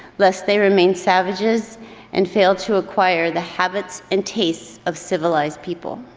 lest they remain savages and fail to acquire the habits and tastes of civilized people.